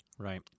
Right